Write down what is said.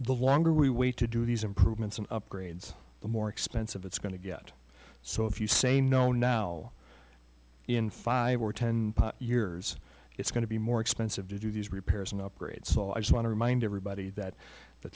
the longer we wait to do these improvements and upgrades the more expensive it's going to get so if you say no now in five or ten years it's going to be more expensive to do these repairs and upgrades so i just want to remind everybody that